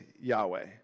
Yahweh